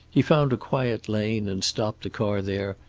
he found a quiet lane and stopped the car there,